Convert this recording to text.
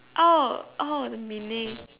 oh oh the meaning